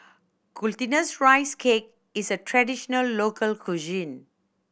Glutinous Rice Cake is a traditional local cuisine